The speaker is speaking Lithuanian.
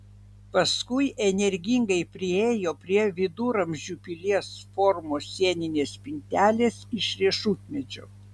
paskui energingai priėjo prie viduramžių pilies formos sieninės spintelės iš riešutmedžio